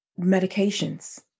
medications